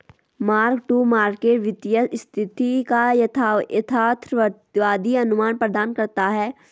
mark to market वित्तीय स्थिति का यथार्थवादी अनुमान प्रदान करता है